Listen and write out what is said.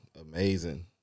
amazing